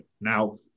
Now